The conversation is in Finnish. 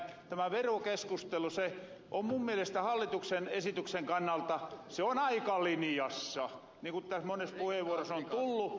tämä verokeskustelu se on mun mielestä hallituksen esityksen kannalta aika linjassa niin kun täs mones puheenvuoros on tullu